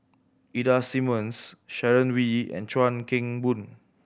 Ida Simmons Sharon Wee and Chuan Keng Boon